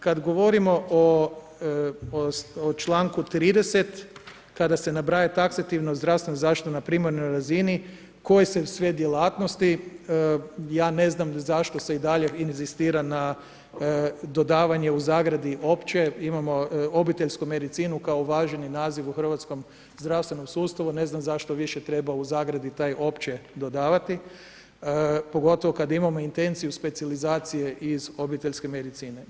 Kada govorimo o članku 30, kada se nabraja taksativno zdravstvena zaštita na primarnoj razini koje se sve djelatnosti, ja ne znam zašto se i dalje inzistira na dodavanje (opće) imamo obiteljsku medicinu kao uvaženi naziv u hrvatskom zdravstvenom sustavu, ne znam zašto više treba u zagradi taj (opće) dodavati, pogotovo kada imamo intenciju specijalizacije iz obiteljske medicine.